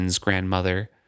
grandmother